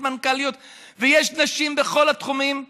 יש מנכ"ליות ויש נשים בכל התחומים,